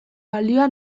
balioa